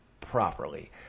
properly